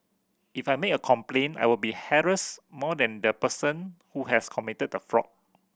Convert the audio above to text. if I make a complaint I will be harassed more than the person who has committed the fraud